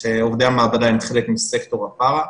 עובדי המעבדה הם חלק מסקטור הפרא,